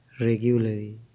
regularly